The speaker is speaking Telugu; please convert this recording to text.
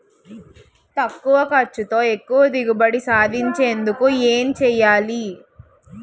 తక్కువ ఖర్చుతో ఎక్కువ దిగుబడి సాధించేందుకు ఏంటి చేయాలి?